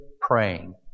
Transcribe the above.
praying